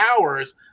hours